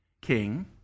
king